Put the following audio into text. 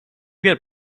get